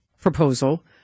proposal